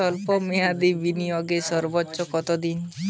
স্বল্প মেয়াদি বিনিয়োগ সর্বোচ্চ কত দিন?